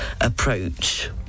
...approach